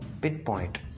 pinpoint